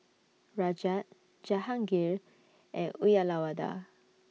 Rajat Jahangir and Uyyalawada